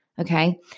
Okay